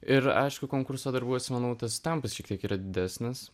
ir aišku konkurso darbuose manau tas tempas šiek tiek yra didesnis